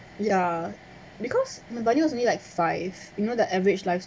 ya because bunny was only like five you know the average life